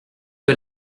que